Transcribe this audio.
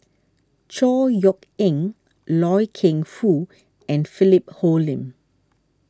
Chor Yeok Eng Loy Keng Foo and Philip Hoalim